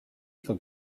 iga